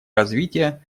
развития